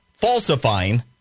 falsifying